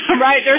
Right